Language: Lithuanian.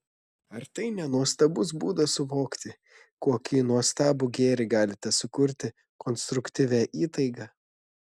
ar tai ne nuostabus būdas suvokti kokį nuostabų gėrį galite sukurti konstruktyvia įtaiga